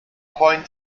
point